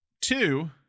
two